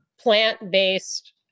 plant-based